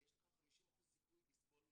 יש לך 50% סיכוי לסבול מתסמינים אובדניים.